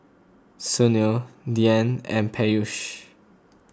Sunil Dhyan and Peyush